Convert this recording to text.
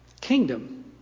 kingdom